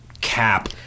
cap